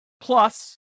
Plus